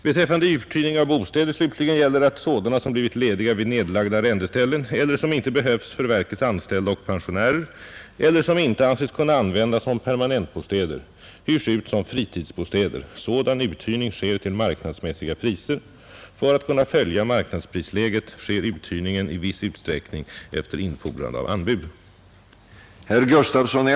Beträffande uthyrning av bostäder gäller att sådana som blivit lediga vid nedlagda arrendeställen eller som inte behövs för verkets anställda och pensionärer eller som inte anses kunna användas som permanentbostäder hyrs ut som fritidsbostäder. Sådan uthyrning sker till marknadsmässiga priser. För att kunna följa marknadsprisläget sker uthyrningen i